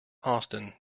austen